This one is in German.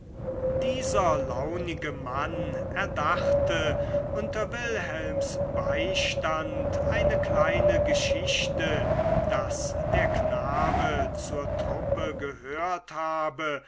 dieser launige mann erdachte unter wilhelms beistand eine kleine geschichte daß der knabe zur truppe gehört habe